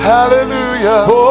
Hallelujah